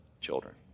children